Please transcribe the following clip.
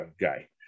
guy